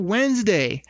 Wednesday